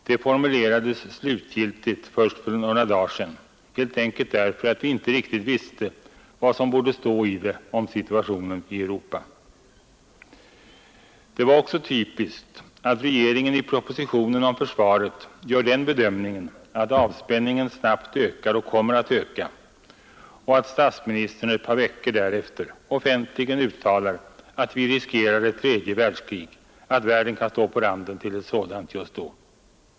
Det formulerades slutgiltigt först för några dagar sedan, helt enkelt därför att vi inte riktigt visste vad som där borde skrivas om situationen i Europa. Det var också typiskt att regeringen i propositionen om försvaret gör den bedömningen, att avspänningen snabbt ökar och kommer att öka, och att statsministern ett par veckor därefter offentligen uttalar att vi riskerar ett tredje världskrig — att världen kan stå på randen till ett sådant.